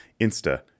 Insta